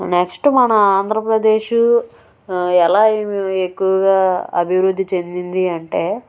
next మన ఆంధ్రప్రదేశు ఎలా ఎక్కువగా అభివృద్ధి చెందింది అంటే